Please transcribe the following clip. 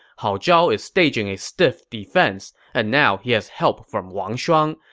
hao zhao is staging a stiff defense, and now he has help from wang shuang.